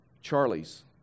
Charlie's